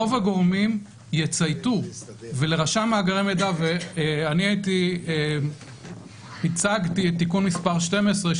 רוב הגורמים יצייתו ואני הצגתי את תיקון מס' 12,